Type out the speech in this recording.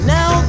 Now